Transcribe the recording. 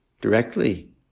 directly